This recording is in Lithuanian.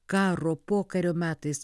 karo pokario metais